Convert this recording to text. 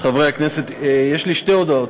אדוני היושב-ראש, חברי הכנסת, יש לי שתי הודעות,